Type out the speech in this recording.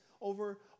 over